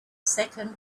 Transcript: second